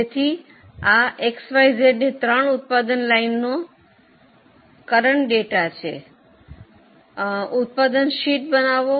તેથી આ XYZ ની ત્રણ ઉત્પાદન લાઇનનો વર્તમાન આંકડા છે ઉત્પાદન શીટ બનાવો